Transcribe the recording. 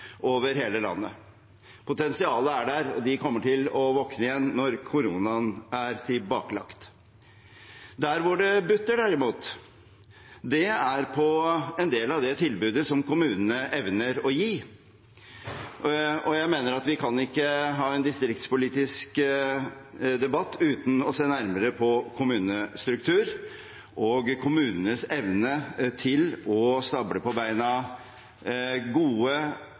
over hele landet. Potensialene er der, og de kommer til å våkne igjen når koronaen er tilbakelagt. Der hvor det butter, derimot, er på en del av det tilbudet som kommunene evner å gi. Jeg mener at vi ikke kan ha en distriktspolitisk debatt uten å se nærmere på kommunestruktur og kommunenes evne til å stable på beina gode